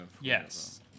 Yes